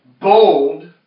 bold